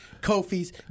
Kofi's